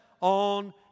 on